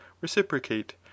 reciprocate